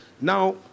Now